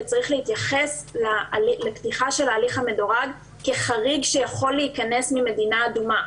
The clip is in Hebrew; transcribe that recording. וצריך להתייחס לפתיחה של ההליך המדורג כחריג שיכול להיכנס ממדינה אדומה.